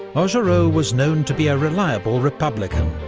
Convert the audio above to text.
augereau was known to be a reliable republican,